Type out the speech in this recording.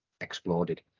exploded